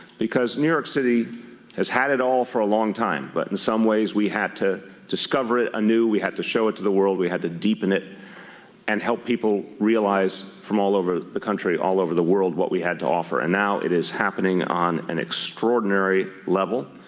because new york city has had it all for a long time. but in some ways we had to discover it ah anew. we had to show it to the world. we had to deepen it and help people realize from all over the country, all over the world, what we had to offer. and now it is happening on an extraordinary level.